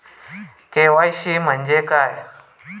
KYC म्हणजे काय?